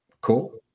Cool